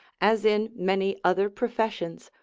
as in many other professions,